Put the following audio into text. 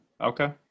okay